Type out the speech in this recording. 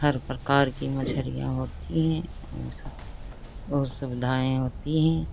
हर प्रकार की मछलियाँ होती हैं और स और सुविधाएँ होती है